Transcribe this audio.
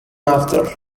after